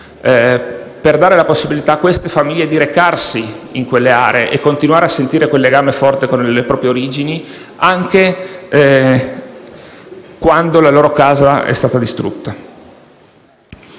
per dare la possibilità a queste famiglie di recarsi in quelle aree e continuare a sentire quel legame forte con le proprie origini, sebbene la loro casa sia stata distrutta.